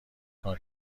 کار